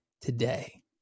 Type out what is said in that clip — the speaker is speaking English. today